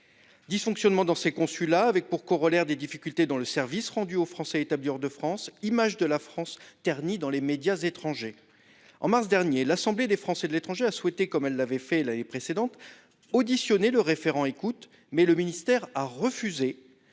dysfonctionnements dans ces consulats ont pour corollaires des difficultés dans le service rendu aux Français de l'étranger et l'image de la France est ternie dans les médias étrangers. En mars dernier, l'Assemblée des Français de l'étranger a souhaité, comme elle l'avait fait l'année précédente, entendre en audition le référent écoute, mais le ministère l'a refusé,